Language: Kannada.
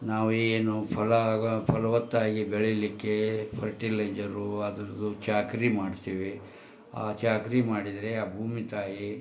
ನಾವೇನು ಫಲ ಫಲವತ್ತಾಗಿ ಬೆಳೀಲಿಕ್ಕೆ ಫರ್ಟಿಲೈಜರು ಅದರದ್ದು ಚಾಕರಿ ಮಾಡ್ತೀವಿ ಆ ಚಾಕರಿ ಮಾಡಿದರೆ ಆ ಭೂಮಿ ತಾಯಿ